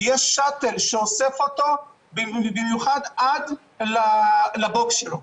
יש שאטל שאוסף אותו עד לבוקס שלו.